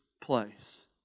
place